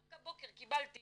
ורק הבוקר קיבלתי